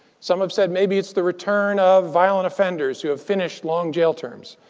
some have said maybe it's the return of violent offenders who have finished long jail terms.